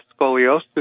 scoliosis